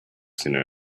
sooner